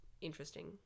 interesting